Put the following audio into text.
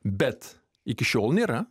bet iki šiol nėra